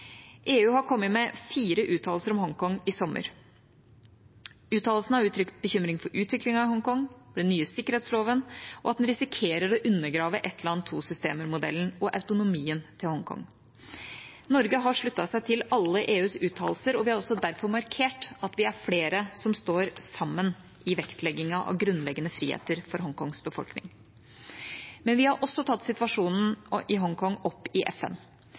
EU har kommet med fire uttalelser om Hongkong i sommer. Uttalelsene har uttrykt bekymring for utviklingen i Hongkong, for den nye sikkerhetsloven, og at den risikerer å undergrave ett land, to systemer-modellen og autonomien til Hongkong. Norge har sluttet seg til alle EUs uttalelser, og vi har også derfor markert at vi er flere som står sammen i vektleggingen av grunnleggende friheter for Hongkongs befolkning. Men vi har også tatt situasjonen i Hongkong opp i FN.